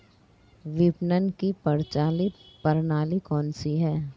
विपणन की प्रचलित प्रणाली कौनसी है?